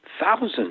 thousands